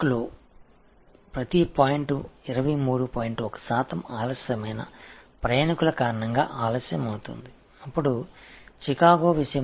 1 சதவிகிதம் போன்ற ஒவ்வொரு புள்ளியும் தாமதமான பயணிகளால் தாமதமானது பின்னர் சிகாகோவில் 53